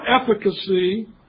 efficacy